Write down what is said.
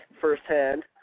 firsthand